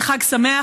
וחג שמח,